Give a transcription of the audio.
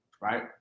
right